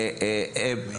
אז האזורים האלה הם גליליים,